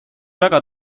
väga